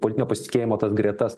politinio pasitikėjimo tas gretas